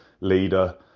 Leader